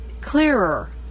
clearer